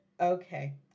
okay